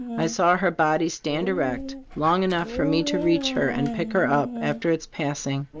i saw her body stand erect, long enough for me to reach her, and pick her up, after its passing.